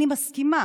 אני מסכימה